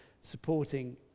supporting